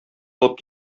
алып